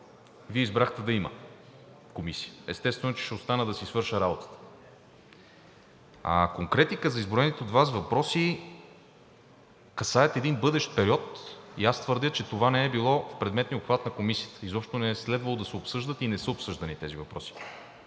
Вие избрахте да има Комисия. Естествено, че ще остана да си свърша работата. А конкретика за изброените от Вас въпроси – те касаят един бъдещ период и аз твърдя, че това не е било в предметния обхват на Комисията, изобщо не е следвало да се обсъждат и не са обсъждани тези въпроси.